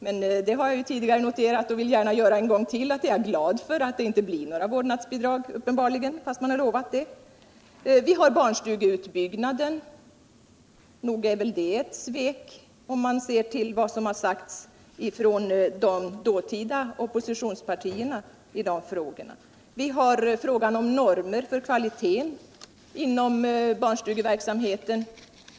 Jag har dock tidigare noterat — och vill gärna göra det ännu en gång —att jag är glad för att det uppenbarligen inte blir några vårdnadsbidrag. fastän man lovat det. Låt mig också nämna barnstugeutbyggnaden. Nog representerar väl den ett svek, mot bakgrund av vad som har sagts från de dåtida oppositionspartierna i den frågan. Jag kan också ta upp normerna för kvaliteten inom barnstugeverksamheten.